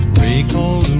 may call